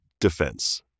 defense